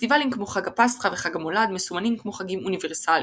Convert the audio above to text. פסטיבלים כמו חג הפסחא וחג המולד מסומנים כמו חגים אוניברסליים;